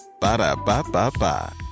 Ba-da-ba-ba-ba